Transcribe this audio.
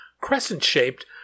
crescent-shaped